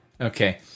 Okay